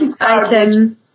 item